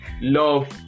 Love